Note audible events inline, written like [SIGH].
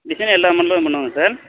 design எல்லாம் [UNINTELLIGIBLE] பண்ணுவோம் sir